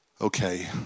Okay